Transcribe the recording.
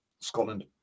Scotland